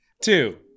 two